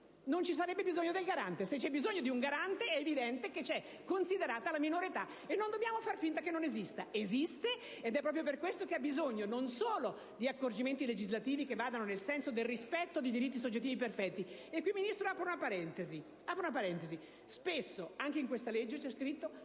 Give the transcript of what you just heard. non ci sarebbe bisogno del Garante. Se c'è bisogno di un Garante, è evidente che è considerata la minore età e non dobbiamo far finta che non esista. Esiste ed è proprio per questo che ha bisogno di accorgimenti legislativi che vadano nel senso del rispetto dei diritti soggettivi perfetti. Signor Ministro, apro una parentesi: spesso nei provvedimenti legislativi